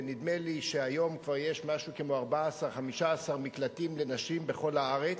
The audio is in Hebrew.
ונדמה לי שהיום כבר יש 14 15 מקלטים לנשים בכל הארץ,